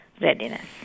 readiness